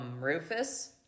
Rufus